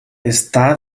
està